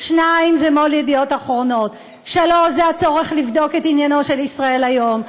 2. מו"ל "ידיעות אחרונות"; 3. הצורך לבדוק את עניינו של "ישראל היום".